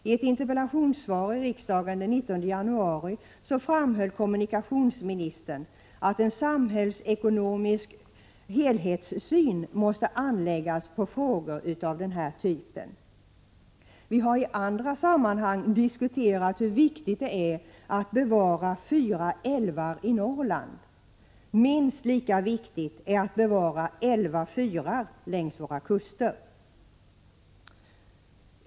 I ett interpellationssvar i riksdagen den 19 januari 1987 framhöll kommunikationsministern att en samhällsekonomisk helhetssyn måst anläggas på frågor av denna typ. Vi har i andra sammanhang framhållit hur viktigt det är att bevara fyra 25 älvar i Norrland — minst lika viktigt är att bevara elva fyrar längs våra kuster.